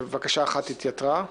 שבקשה אחת התייתרה,